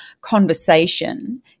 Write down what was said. conversation